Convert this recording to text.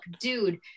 dude